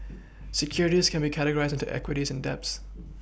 Securities can be categorized into equities and debts